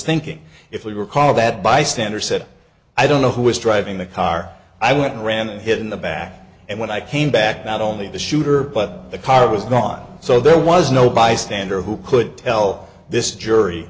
thinking if we recall that bystander said i don't know who was driving the car i would ran and hid in the back and when i came back not only the shooter but the car was gone so there was no bystander who could tell this jury